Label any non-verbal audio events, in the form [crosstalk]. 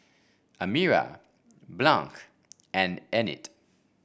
Amira [unintelligible] and Enid